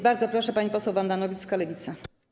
Bardzo proszę, pani poseł Wanda Nowicka, Lewica.